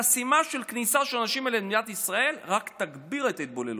חסימה של כניסה של אנשים אלה למדינת ישראל רק תגביר את ההתבוללות.